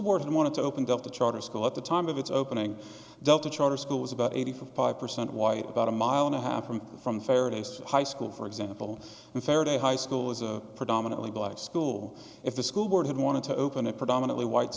board wanted to open the charter school at the time of its opening delta charter school was about eighty five percent white about a mile and a half from the from ferris high school for example a fairly high school is a predominantly black school if the school board had wanted to open a predominantly white